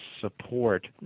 support